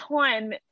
time